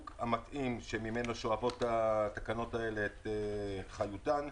המתאים שממנו שואבות התקנות האלה את חלוטן,